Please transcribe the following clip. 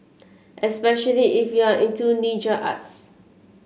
especially if you are into ninja arts